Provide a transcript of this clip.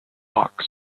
locks